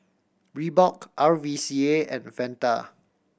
Reebok R V C A and Fanta